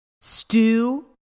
stew